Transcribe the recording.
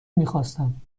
میخواستم